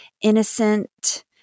innocent